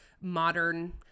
modern